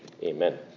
Amen